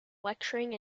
lecturing